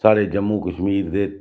साढ़े जम्मू कश्मीर दे